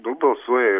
nu balsuoja ir